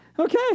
Okay